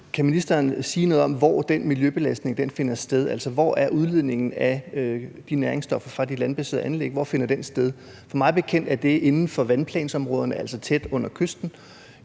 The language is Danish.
kan ministeren så sige noget om, hvor den miljøbelastning finder sted? Hvor finder udledningen af de næringsstoffer fra de landbaserede anlæg sted? Mig bekendt er det inden for vandplansområderne, altså tæt under kysten,